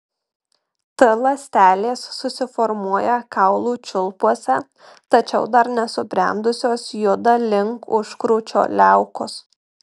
t ląstelės susiformuoja kaulų čiulpuose tačiau dar nesubrendusios juda link užkrūčio liaukos